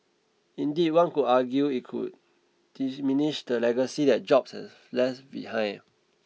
indeed one could argue it would the legacy that Jobs has left behind